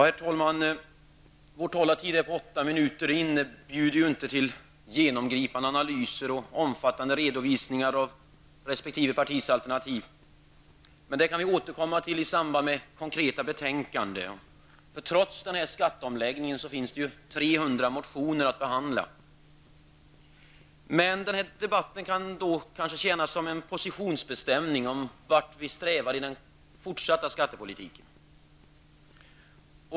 Herr talman! Vår taletid uppgår ju till åtta minuter, vilket inte inbjuder till genomgripande analyser och omfattande redovisningar av resp. partis alternativ. Men det går ju att återkomma vid behandlingen av betänkandena. Trots skatteomläggningen finns det 300 motioner att behandla. Debatten kan kanske tjäna som en positionsbestämning av vart vi strävar i den fortsatta skattepolitiken.